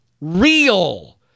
real